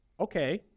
Okay